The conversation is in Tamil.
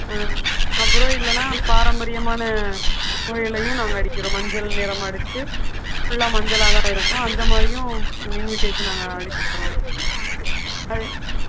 அப்புறோம் இல்லைனா பாரம்பரியமான முறையிலேயும் நாங்கள் அடிக்கிறோம் மஞ்சள் நிறம் அடிச்சு ஃபுல்லாக மஞ்சளாக தான் இருக்கும் அந்த மாதிரியும் இன்விடேஷன் நாங்கள் அடிச்சு தரோம் அது ம்